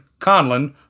Conlon